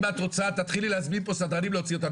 אם אתה רוצה תתחילי להזמין פה סדרנים להוציא אותנו.